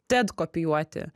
ted kopijuoti